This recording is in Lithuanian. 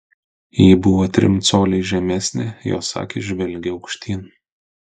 ji buvo trim coliais žemesnė jos akys žvelgė aukštyn